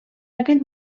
aquell